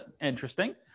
interesting